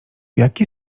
jaki